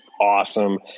awesome